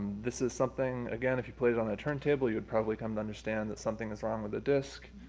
this is something, again, if you play it on a turntable you would probably come to understand that something is wrong with the disc.